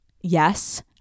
Yes